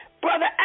Brother